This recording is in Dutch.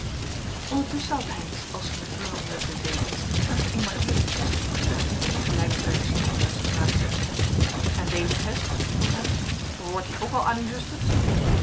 ondertusschen had heynsz al snuffelende onder de dekens een geëmailleerden gesp opgeraapt gelijk die bij een stropdas gebruikt worden en deze gesp vroeg hij behoort die ook al aan uw zuster